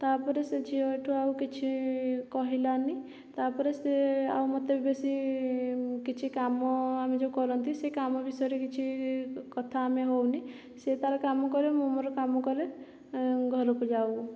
ତାପରେ ସେ ଝିଅ ହେଟୁ ଆଉ କିଛି କହିଲାନି ତାପରେ ସେ ଆଉ ମୋତେ ବେଶି କିଛି କାମ ଆମେ ଯେଉଁ କରନ୍ତି ସେ କାମ ବିଷୟରେ କିଛି କଥା ଆମେ ହଉନି ସିଏ ତାର କାମ କରେ ମୁଁ ମୋର କାମ କରେ ଘରକୁ ଯାଉ